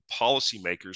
policymakers